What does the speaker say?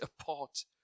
apart